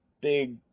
big